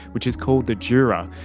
which is called the dura,